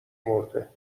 مرده